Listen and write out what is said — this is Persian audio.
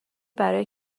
برای